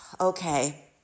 Okay